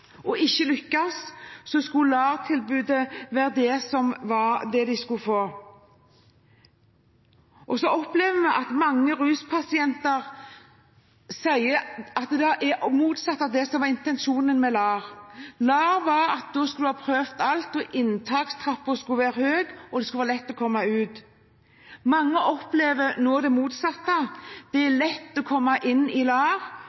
og ikke hadde lyktes, skulle LAR-tilbudet være det de skulle få. Så opplever vi at mange ruspasienter sier at det er det motsatte av det som var intensjonen med LAR som skjer. For å komme inn i LAR skulle en ha prøvd alt, inntakstrappen skulle være høy og det skulle være lett å komme ut. Mange opplever nå det motsatte: Det er lett å komme inn i LAR